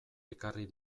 ekarri